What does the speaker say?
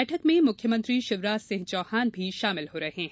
बैठक में मुख्यमंत्री शिवराज सिंह चौहान भी शामिल हो रहे है